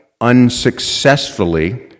unsuccessfully